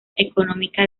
económica